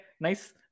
nice